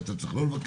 זה אתה צריך לא לבקש.